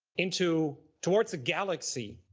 into, towards a galaxy,